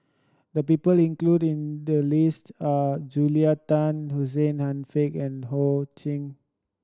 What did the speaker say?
the people include in the list are Julia Tan Hussein Haniff and Ho Ching